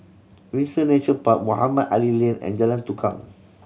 Windsor Nature Park Mohamed Ali Lane and Jalan Tukang